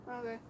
Okay